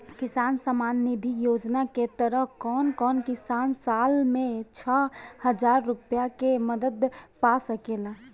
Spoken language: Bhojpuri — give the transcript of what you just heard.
किसान सम्मान निधि योजना के तहत कउन कउन किसान साल में छह हजार रूपया के मदद पा सकेला?